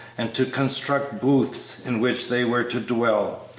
and to construct booths in which they were to dwell,